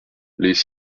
les